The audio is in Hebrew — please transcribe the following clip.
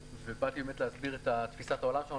ובאתי באמת להסביר את תפיסת העולם שלנו,